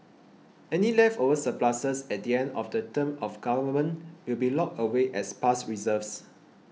any leftover surpluses at the end of the term of government will be locked away as past reserves